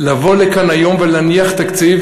לבוא לכאן היום ולהניח תקציב